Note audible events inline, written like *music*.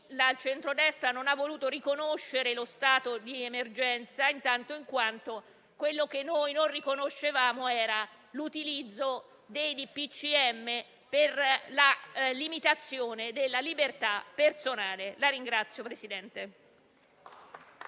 il centrodestra non ha voluto riconoscere lo stato di emergenza, in quanto ciò che noi non riconoscevamo era l'utilizzo dei DPCM per la limitazione della libertà personale. *applause*